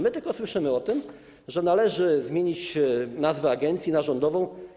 My tylko słyszymy o tym, że należy zmienić nazwę agencji na rządową.